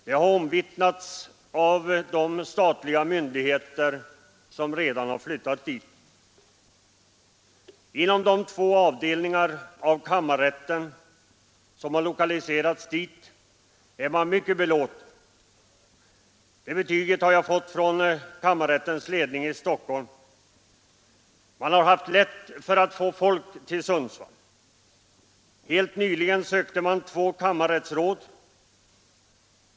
Det har omvittnats av de statliga myndigheter som redan flyttat dit. Inom de två avdelningar av kammarrätten som lokaliserats till Sundsvall är man mycket belåten — det betyget har jag fått från kammarrättens ledning i Stockholm. Man har haft lätt att få folk till Sundsvall. Helt nyligen sökte man två kammarrättsråd.